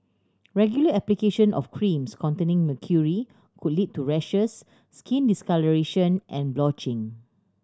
regular application of creams containing mercury could lead to rashes skin discolouration and blotching